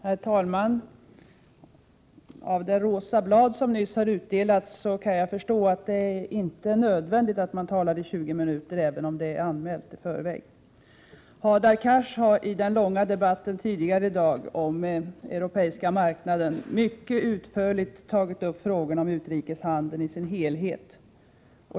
Herr talman! Av det rosa blad som nyss har utdelats kan jag förstå att det inte är nödvändigt att man talar i 20 minuter, även om man i förväg har anmält sig för det. I den långa debatt som tidigare i dag har förts om den europeiska marknaden har Hadar Cars mycket utförligt tagit upp frågorna om utrikeshandeln i sin helhet.